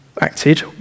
acted